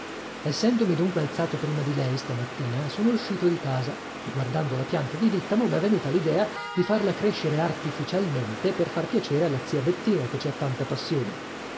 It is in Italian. essendomi dunque alzato prima di lei stamattina sono uscito di casa e guardando la pianta di dìttamo m'è venuta l'idea di farla crescere artificialmente per far piacere alla zia bettina che ci ha tanta passione